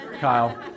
Kyle